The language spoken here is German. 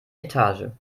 etage